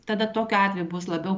tada tokiu atveju bus labiau